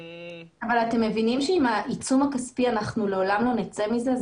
אתם מבינים שעם העיצום הכספי, לעולם לא נצא מזה.